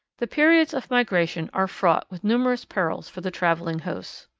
the periods of migration are fraught with numerous perils for the travelling hosts.